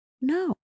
No